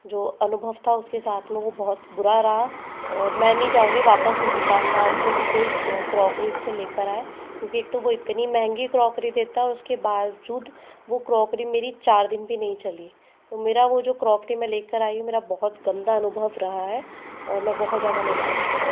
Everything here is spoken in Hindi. जो अनुभव था उस के साथ में वो बहुत बुरा रहा और मैं नहीं चाहूँगी वापस उस दुकानदार से कि कोई क्रॉकरी उस से कोई ले कर आए क्योंकि एक तो वो इतनी महंगी क्रॉकरी देता है और उस के बादजूद वो क्रॉकरी मेरी चार दिन भी नहीं चली तो मेरा वो जो क्रॉकरी मैं ले कर आई मेरा बहुत गन्दा अनुभव रहा है और मैं बहुत ज़्यादा निराश हूँ